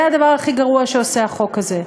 זה הדבר הכי גרוע שעושה החוק הזה.